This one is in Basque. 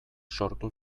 sortu